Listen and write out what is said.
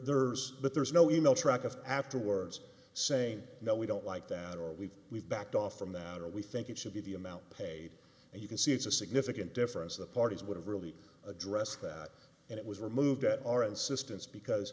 there's but there's no email track of afterwards saying no we don't like that or we've we've backed off from that or we think it should be the amount paid and you can see it's a significant difference the parties would have really addressed that and it was removed at our insistence because